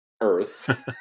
earth